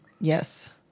yes